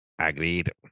Agreed